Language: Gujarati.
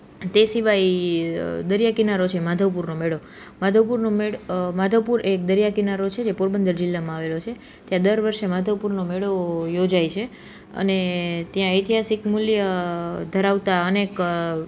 તે સિવાય દરિયા કિનારો છે માધવપુરનો મેળો માધવપુરનો મે માધવપુર એ એક દરિયા કિનારો છે જે પોરબંદર જિલ્લામાં આવેલો છે ત્યાં દર વર્ષે માધવપુરનો મેળો યોજાય છે અને ત્યાં ઐતિહાસિક મૂલ્ય ધરાવતા અનેક